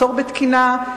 המחסור בתקינה,